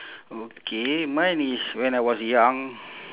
okay mine is when I was young